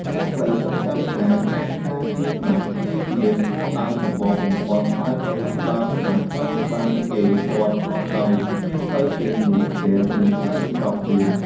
អ្នកត្រូវចងចាំថាការការពារស្តេច គឺជាគោលដៅចម្បងបំផុតហើយប្រសិនបើស្តេចត្រូវបានគេព័ទ្ធជាប់ដោយគ្មានផ្លូវចេញនោះហ្គេមនឹងត្រូវបញ្ចប់ភ្លាម។